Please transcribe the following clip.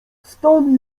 stan